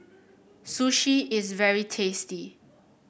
sushi is very tasty